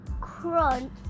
crunch